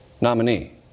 nominee